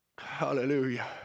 Hallelujah